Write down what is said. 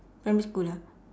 primary school ah